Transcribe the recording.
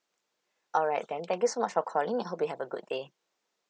alright ben thank you so much for calling I hope you have a good day